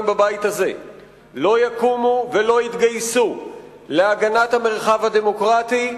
בבית הזה לא יקומו ולא יתגייסו להגנת המרחב הדמוקרטי,